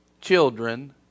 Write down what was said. children